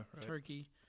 turkey